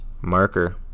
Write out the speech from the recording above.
Marker